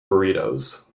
burritos